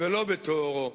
ולא בתוארו,